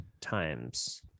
times